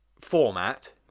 format